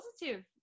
positive